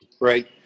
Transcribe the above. Right